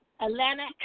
Atlanta